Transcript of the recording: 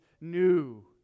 new